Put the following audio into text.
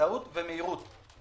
ודאות ומהירות.